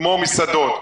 כמו מסעדות,